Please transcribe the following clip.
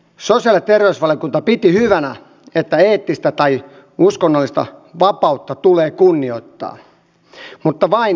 sosiaali ja terveysvaliokunta piti hyvänä että eettistä tai uskonnollista vapautta tulee kunnioittaa mutta vain työjärjestelyn kautta